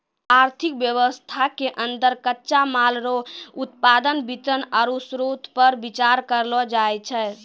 आर्थिक वेवस्था के अन्दर कच्चा माल रो उत्पादन वितरण आरु श्रोतपर बिचार करलो जाय छै